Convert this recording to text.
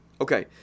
Okay